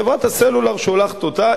חברת הסלולר שולחת אותה,